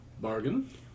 bargain